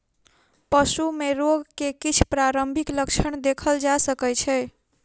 पशु में रोग के किछ प्रारंभिक लक्षण देखल जा सकै छै